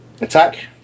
Attack